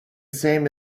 same